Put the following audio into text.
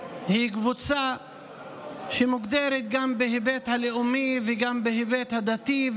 היא קבוצה מוגדרת גם בהיבט הלאומי וגם בהיבט הדתי,